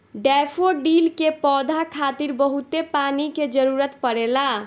daffodil के पौधा खातिर बहुते पानी के जरुरत पड़ेला